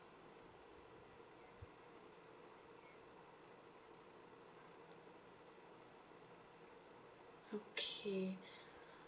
okay